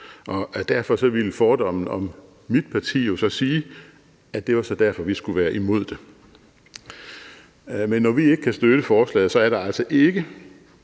derfor ville fordommen om mit parti så betyde, at det så var derfor, vi skulle være imod det. Men når vi ikke kan støtte forslaget, er det altså ikke